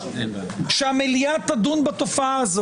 שהמליאה תדון בתופעה הזו.